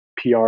PR